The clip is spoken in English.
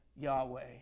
Yahweh